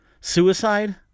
Suicide